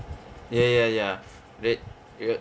ya ya ya they they got